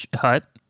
hut